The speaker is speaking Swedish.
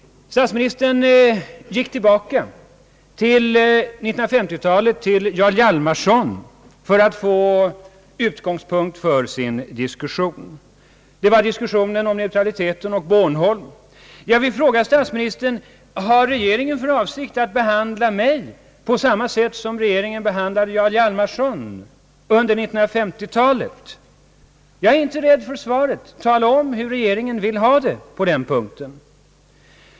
Statsministern gick tillbaka till 1950-talet och till Jarl Hjalmarson för att få en utgångspunkt för sin diskussion — det gällde neutraliteten och Bornholm. Jag vill fråga statsministern: Har regeringen för avsikt att behandla mig på samma sätt som regeringen behandlade Jarl Hjalmarson under 1950-talet? Jag är inte rädd för svaret. Tala om hur regeringen vill ha det på den punkten!